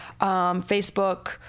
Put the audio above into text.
Facebook